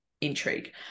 intrigue